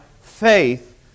faith